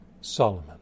Solomon